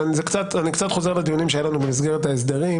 אני קצת חוזר לדיונים שהיו לנו במסגרת ההסדרים,